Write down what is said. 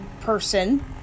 person